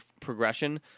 progression